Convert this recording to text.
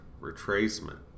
retracement